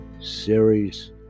series